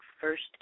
first